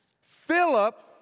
Philip